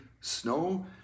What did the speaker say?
snow